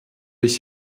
ich